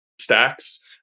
stacks